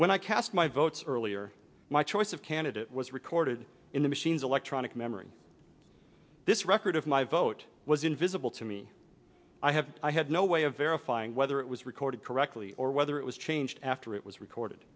when i cast my vote earlier my choice of candidate was recorded in the machines electronic memory this record of my vote was invisible to me i have i had no way of verifying whether it was recorded correctly or whether it was changed after it was recorded